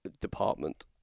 department